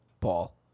Paul